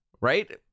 right